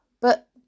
But